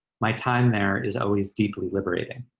my time there is always deeply liberating.